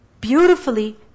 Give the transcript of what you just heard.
beautifully